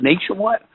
Nationwide